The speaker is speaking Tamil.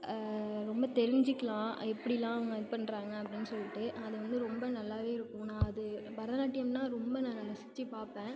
ரொம்ப தெரிஞ்சுக்கலாம் எப்படிலாம் அவங்க இது பண்ணுறாங்க அப்படின்னு சொல்லிட்டு அது வந்து ரொம்ப நல்லாவே இருக்கும் நான் அது பரதநாட்டியம்னால் ரொம்ப நான் ரசிச்சு பார்ப்பேன்